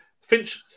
Finch